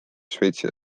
šveitsi